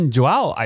Joao